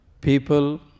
people